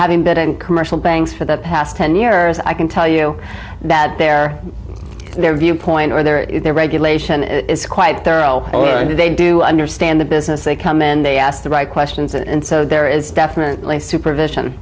having better and commercial banks for the past ten years i can tell you that there their viewpoint or their their regulation is quite there l o and they do understand the business they come in they ask the right questions and so there is definitely supervision